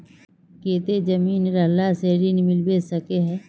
केते जमीन रहला से ऋण मिलबे सके है?